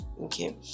okay